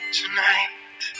tonight